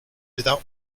without